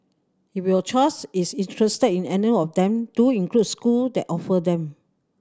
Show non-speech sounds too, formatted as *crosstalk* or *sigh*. if your child *unintelligible* is interested in any of them do include school that offer them